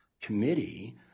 committee